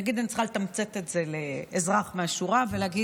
נגיד שאני צריכה לתמצת את זה לאזרח מהשורה ולהגיד